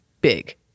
big